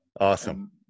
Awesome